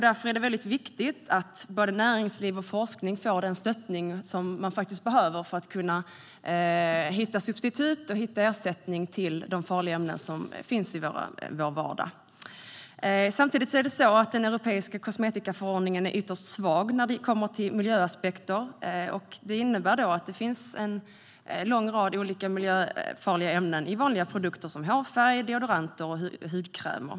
Därför är det väldigt viktigt att både näringsliv och forskning får den stöttning man behöver för att kunna hitta substitut för de farliga ämnen som finns i vår vardag. Samtidigt är den europeiska kosmetikaförordningen ytterst svag i fråga om miljöaspekter. Det innebär att det finns en lång rad miljöfarliga ämnen i vanliga produkter som hårfärg, deodoranter och hudkrämer.